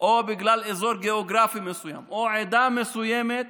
או בגלל אזור גיאוגרפי מסוים או עדה מסוימת